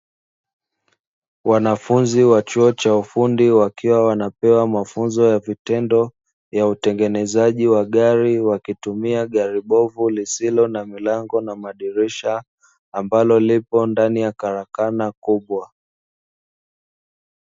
Wanafunzi wa chuo cha ufundi, wakiwa wanapewa mafunzo ya vitendo ya utengenezaji wa gari, wakitumia gari bovu lisilo na milango na madirisha, ambalo lipo ndani ya karakana kubwa.